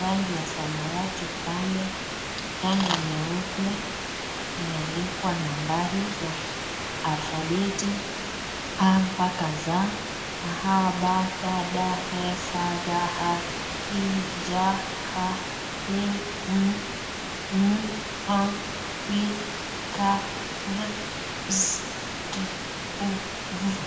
ragi ya samawati pale, pia ni nyeupe imeandikwa nambari ya alfabeti mpaka Zaa.